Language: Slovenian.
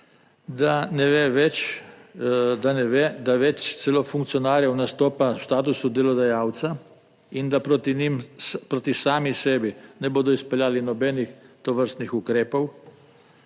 da ne ve, da več celo funkcionarjev nastopa v statusu delodajalca in da proti njim, proti sami sebi ne bodo izpeljali nobenih tovrstnih ukrepov,